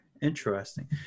Interesting